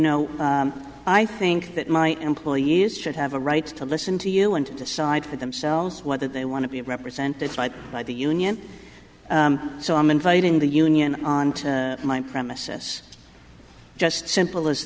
know i think that my employees should have a right to listen to you and decide for themselves whether they want to be represented by the union so i'm inviting the union on my premises just simple as